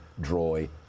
Droy